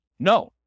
No